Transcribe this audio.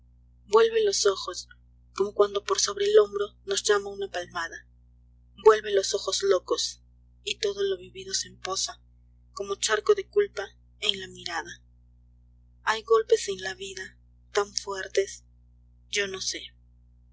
vuelve los ojos como cuando por sobre el hombro nos llama una palmada vuelve los ojos locos y todo lo vivido se empoza como charco de culpa en la mirada hay golpes en la vida tan fuertes yo no sé